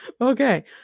Okay